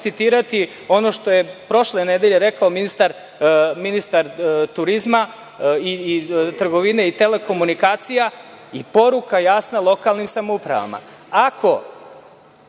ono što je prošle nedelje rekao ministar turizma, trgovine i telekomunikacija i poruka jasna lokalnim samoupravama: